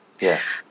Yes